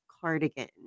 cardigan